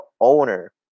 owner